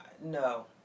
No